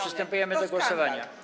Przystępujemy do głosowania.